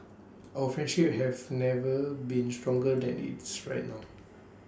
our friendship have never been stronger than it's right now